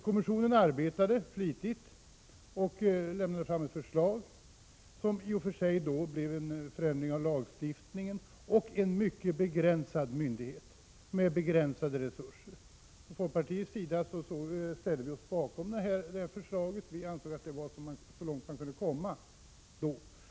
Kommissionen arbetade flitigt och lämnade fram ett förslag som ledde till förändringar i lagstiftningen och inrättande av en myndighet med mycket begränsade resurser. Från folkpartiets sida ställde vi oss bakom det förslaget. Vi ansåg att det var så långt man kunde komma då.